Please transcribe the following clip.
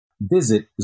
visit